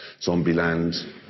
Zombieland